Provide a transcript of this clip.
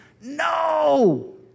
no